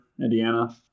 Indiana